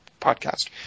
podcast